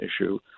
issue